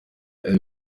ibi